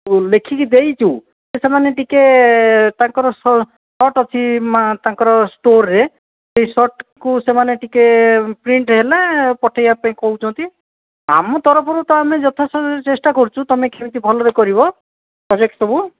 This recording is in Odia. ଲେଖିକି ଦେଇଛୁ ସେମାନେ ଟିକେ ତାଙ୍କର ସର୍ଟ ଅଛି ତାଙ୍କର ଷ୍ଟୋର୍ରେ ସେହି ସଟ୍କୁ ସେମାନେ ଟିକେ ପ୍ରିଣ୍ଟ୍ ହେଲେ ପଠାଇବା ପାଇଁ କହୁଛନ୍ତି ଆମ ତରଫରୁ ତ ଆମେ ଯଥା ଚେଷ୍ଟା କରୁଛୁ ତମେ କେମିତି ଭଲରେ କରିବ ପ୍ରୋଜେକ୍ଟ ସବୁ